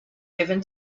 given